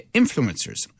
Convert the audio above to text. influencers